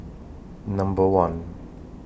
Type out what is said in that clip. Number one